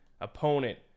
opponent